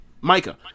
Micah